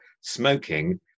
smoking